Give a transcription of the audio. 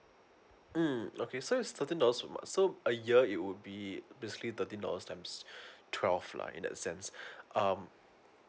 mm okay so it's thirteen dollar per month so a year it would be basically thirteen dollars times twelve lah in that sense um